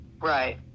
right